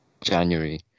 January